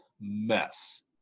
mess